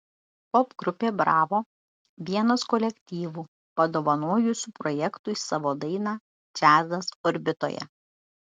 popgrupė bravo vienas kolektyvų padovanojusių projektui savo dainą džiazas orbitoje